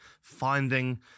finding